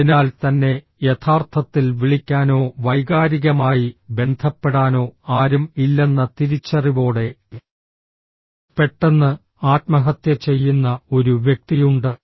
അതിനാൽ തന്നെ യഥാർത്ഥത്തിൽ വിളിക്കാനോ വൈകാരികമായി ബന്ധപ്പെടാനോ ആരും ഇല്ലെന്ന തിരിച്ചറിവോടെ പെട്ടെന്നു ആത്മഹത്യ ചെയ്യുന്ന ഒരു വ്യക്തിയുണ്ട്